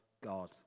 God